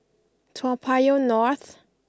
Toa Payoh North